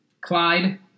Clyde